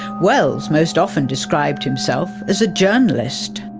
wells most often described himself as a journalist.